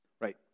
Right